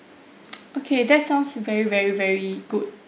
okay that sounds very very very good